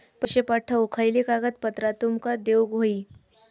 पैशे पाठवुक खयली कागदपत्रा तुमका देऊक व्हयी?